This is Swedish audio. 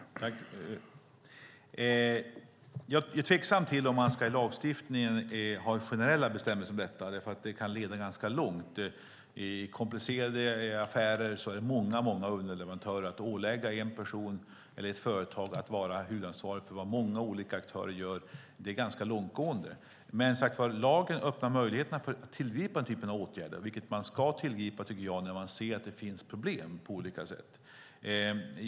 Fru talman! Jag är tveksam till om man ska ha generella bestämmelser om detta i lagstiftningen. Det kan leda ganska långt. I komplicerade affärer är det många underleverantörer. Att ålägga en person eller ett företag att vara huvudansvarig för vad många olika aktörer gör är ganska långtgående. Men lagen öppnar som sagt möjligheter att tillgripa den här typen av åtgärder, vilket jag tycker att man ska göra när man ser att det finns problem på olika sätt.